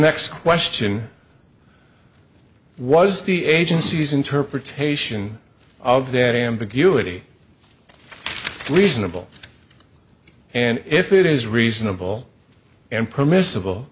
next question was the agency's interpretation of that ambiguity reasonable and if it is reasonable and permissible